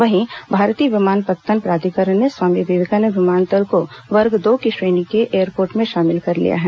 वहीं भारतीय विमानपत्तन प्राधिकरण ने स्वामी विवेकानंद विमानतल को वर्ग दो की श्रेणी के एयरपोर्ट में शामिल कर लिया है